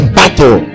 battle